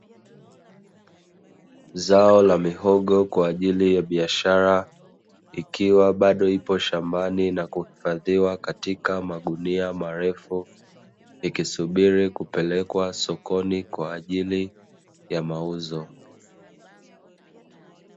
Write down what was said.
Zao la mihogo kwa ajili ya biashara, ikiwa bado ipo shambani na kuhifadhiwa katika magunia marefu, ikisubiri kupelekwa sokoni kwa ajili ya mauzo.